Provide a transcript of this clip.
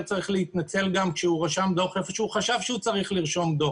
צריך להתנצל שהוא רשם דוח איפה שהוא חשב שהוא צריך לרשום דוח.